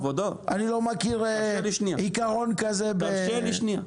אני לא מכיר עיקרון כזה ב --- תרשה לי שנייה.